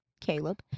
Caleb